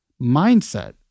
mindset